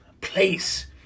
place